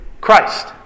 Christ